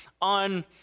on